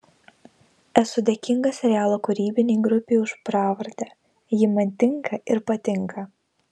esu dėkingas serialo kūrybinei grupei už pravardę ji man tinka ir patinka